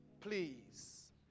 Please